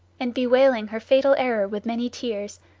and bewailing her fatal error with many tears,